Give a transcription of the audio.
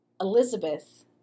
elizabeth